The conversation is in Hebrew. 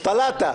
תלאתה.